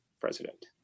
president